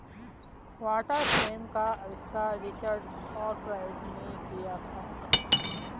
water frame का आविष्कार Richard Arkwright ने किया था